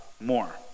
more